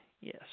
yes